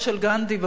בבית הזה,